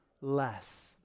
less